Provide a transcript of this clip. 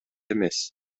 эмес